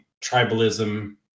Tribalism